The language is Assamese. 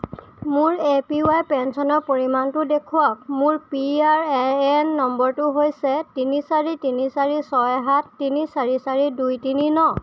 মোৰ এ পি ৱাই পেঞ্চনৰ পৰিমাণটো দেখুৱাওক মোৰ পি আৰ এ এন নম্বৰটো হৈছে তিনি চাৰি তিনি চাৰি ছয় সাত তিনি চাৰি চাৰি দুই তিনি ন